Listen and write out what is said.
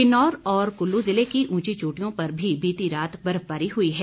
किन्नौर और कुल्लू जिले की ऊंची चोटियों पर भी बीती रात हल्की बर्फबारी हुई है